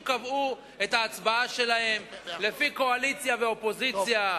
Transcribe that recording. אנשים קבעו את ההצבעה שלהם לפי קואליציה ואופוזיציה.